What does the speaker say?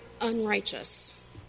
unrighteous